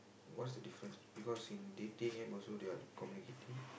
what's the difference because in dating App also they're communicating